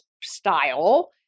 style